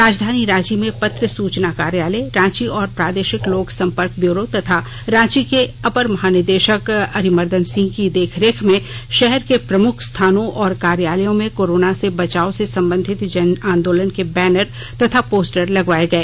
राजधानी रांची में पत्र सूचना कार्यालय रांची और प्रादेपीषक लोक संपर्क ब्यूरो तथा रांची के अपर महानिदे ाक अरिह मर्दन सिंह की देखरेख में भाहर के प्रमुख स्थानों और कार्यालयों में कोरोना बचाव से संबंधित जन आंदोलन के बैनर तथा पोस्टर लगावाए गए